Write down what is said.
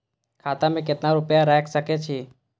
खाता में केतना रूपया रैख सके छी?